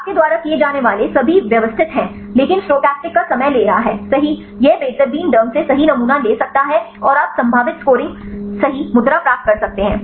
आपके द्वारा किए जाने वाले सभी व्यवस्थित हैं लेकिन स्टोचस्टिक का समय ले रहा है सही यह बेतरतीब ढंग से सही नमूना ले सकता है और आप संभावित स्कोरिंग सही मुद्रा प्राप्त कर सकते हैं